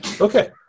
Okay